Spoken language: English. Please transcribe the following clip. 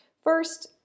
First